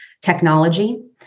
technology